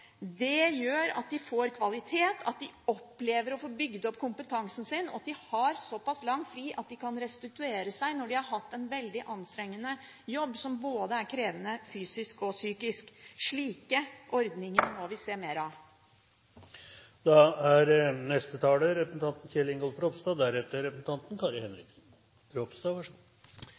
Det gjør at de får kvalitet, de opplever å få bygd opp kompetansen sin, og de har såpass lenge fri at de kan restituere seg når de har hatt en veldig anstrengende jobb som er krevende både fysisk og psykisk. Slike ordninger må vi se mer av. Jeg må få lov til å takke interpellanten for en veldig viktig interpellasjon, og jeg vil også takke for en god